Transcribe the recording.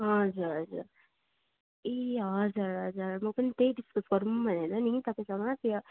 हजुर हजुर ए हजुर हजुर म पनि त्यही डिस्कस गरौँ भनेर नि तपाईँसँग त्यो